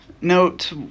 note